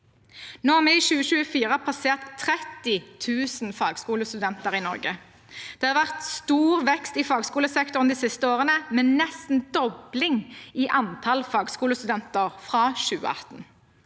Nå har vi i 2024 passert 30 000 fagskolestudenter i Norge. Det har vært stor vekst i fagskolesektoren de siste årene, med nesten en dobling i antall fagskolestudenter fra 2018.